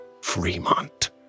Fremont